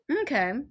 Okay